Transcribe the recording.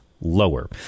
lower